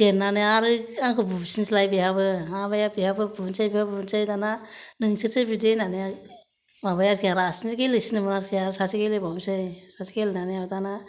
जेननानै आरो आंखौ बुफिनसैलाय बेहाबो माबाया बेहाबो बुनोसै बेबो बुनोसै दाना नोंसोरसो बिदि होननानै माबाया आरोखि आं रासिनसो गेलेसिनोमोन आरोखि आरो सासे गेलेबावनोसै सासे गेलेनानै आरो दाना